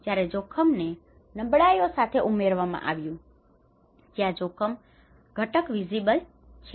જ્યારે જોખમને નબળાઈઓ સાથે ઉમેરવામાં આવ્યું છે જ્યાં જોખમ ઘટક વિઝીબલ છે